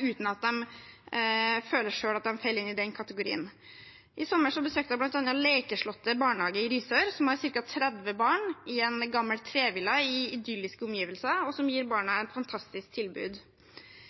uten at de selv føler at de hører til den kategorien. I sommer besøkte jeg bl.a. Lekeslottet barnehage i Risør, som har ca. 30 barn i en gammel trevilla i idylliske omgivelser, og som gir barna et fantastisk tilbud.